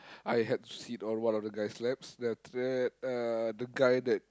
I had to sit on one of the guy's laps then after that uh the guy that